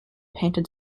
painted